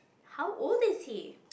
how old is he